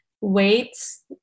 weights